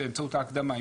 באמצעות ההקדמה.